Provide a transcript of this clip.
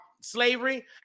slavery